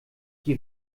die